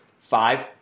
five